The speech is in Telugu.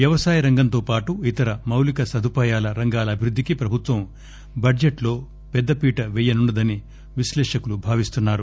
వ్యవసాయ రంగంతోపాటు ఇతర మౌలిక సదుపాయాల రంగాల అభివృద్దికి ప్రభుత్వం బడ్లెట్లో పెద్దపీట వెయ్యనున్న దని విశ్లేషకులు భావిస్తున్నారు